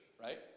right